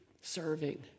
serving